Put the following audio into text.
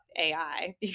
AI